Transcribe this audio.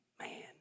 Man